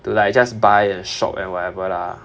to like just buy and shop and whatever lah